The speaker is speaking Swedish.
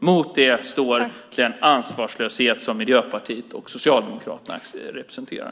Mot det står den ansvarslöshet som Miljöpartiet och Socialdemokraterna representerar.